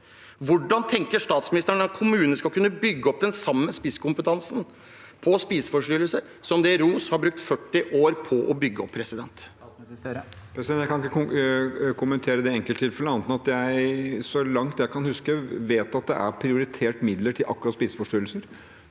Hvordan tenker statsministeren at kommunen skal kunne bygge opp den samme spisskompetansen på spiseforstyrrelser som det ROS har brukt 40 år på å bygge opp? Statsminister Jonas Gahr Støre Jeg kan ikke kommentere det enkelttilfellet annet enn at så langt jeg kan huske, vet jeg at det er prioritert midler til akkurat spiseforstyrrelser